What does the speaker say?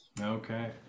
okay